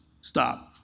Stop